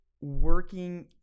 working